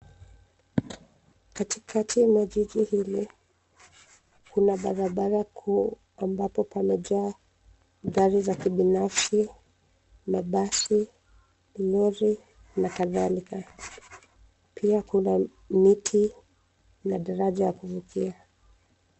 Katikati mwa jiji hili, kuna barabara kuu ambapo pamejaa gari za kibinafsi, mabasi, vinuri, na kadhalika. Pia kuna miti na daraja ya kuvukia.